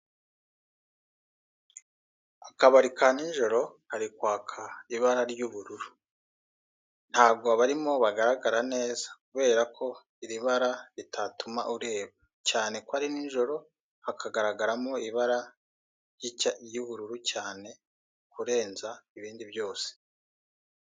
Akabari ka nijoro kari kwaka ibara ry'ubururu ntago abarimo bagaragara neza kubere ko iri bara ritatuma ureba, cyane ko ari nijoro hakagaragaramo ibara ry'ubururu cyane kurenza ibindi byose.